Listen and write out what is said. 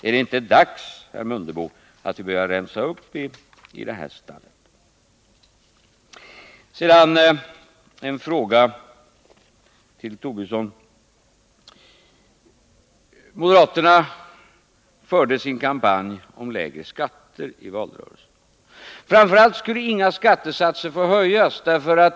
Är det inte dags, herr Mundebo, att börja rensa upp i det här stallet? Så till herr Tobisson: Moderaterna förde sin kampanj om lägre skatter i valrörelsen. Framför allt skulle inga skattesatser få höjas.